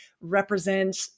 represent